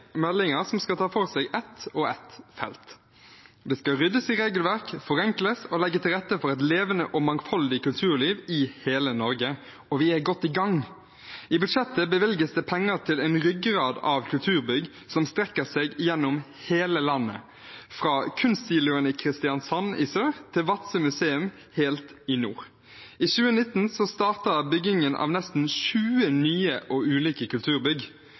meldinger som skal ta for seg ett og ett felt. Det skal ryddes i regelverk, forenkles og legges til rette for et levende og mangfoldig kulturliv i hele Norge, og vi er godt i gang. I budsjettet bevilges det penger til en ryggrad av kulturbygg som strekker seg gjennom hele landet, fra kunstsiloen i Kristiansand i sør til Vadsø museum helt i nord. I 2019 starter byggingen av nesten 20 nye, ulike kulturbygg.